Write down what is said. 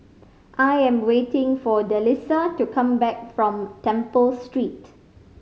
I am waiting for Delisa to come back from Temple Street